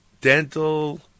dental